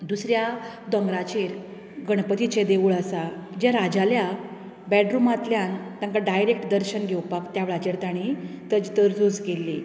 दुसऱ्या दोंगराचेर गणपतीचे देवूळ आसा जे राज्याल्या बेडरुमांतल्यान तांकां डायरेक्ट दर्शन घेवपाक त्या वेळाचेर तांणी तरतुद केल्ली